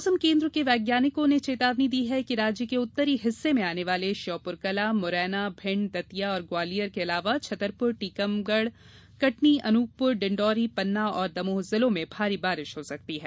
मौसम केन्द्र के वैज्ञानिकों ने चेतवनी दी है कि राज्य के उत्तरी हिस्से में आने वाले श्योपुरकला मुरैना भिंड दतिया और ग्वालियर के अलावा छतरपुर टीकमगढ़ कटनी अनूपपुर डिंडौरी पन्ना और दमोह जिलों में भारी बारिश हो सकती है